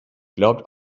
glaubt